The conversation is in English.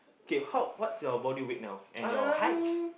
K how what's your body weight now and your height